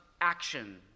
action